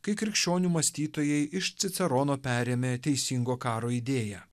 kai krikščionių mąstytojai iš cicerono perėmė teisingo karo idėją